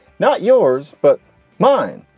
not yours, but mine,